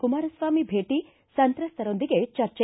ಕುಮಾರಸ್ವಾಮಿ ಭೇಟ ಸಂತ್ರಸ್ಹರೊಂದಿಗೆ ಚರ್ಚೆ